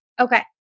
Okay